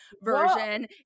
version